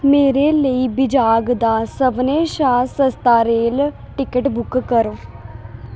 मेरे लेई विजाग दा सभनें शा सस्ता रेल टिकट बुक करो